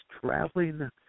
traveling